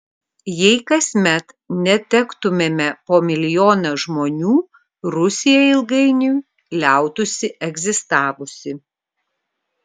jei kasmet netektumėme po milijoną žmonių rusija ilgainiui liautųsi egzistavusi